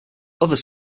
others